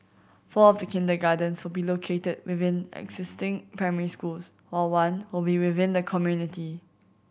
four of the kindergartens will be located within existing primary schools while one will within the community